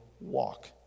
walk